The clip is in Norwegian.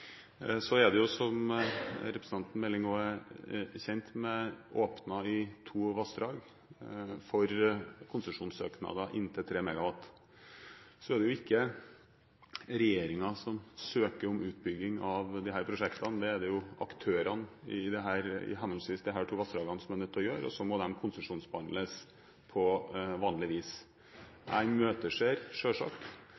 Som representanten Meling også er kjent med, er det i to vassdrag åpnet for konsesjonssøknader om inntil 3 MW. Det er ikke regjeringen som søker om utbygging av disse prosjektene, det er det aktørene i henholdsvis disse to vassdragene som er nødt til å gjøre, og så må søknadene konsesjonsbehandles på vanlig vis.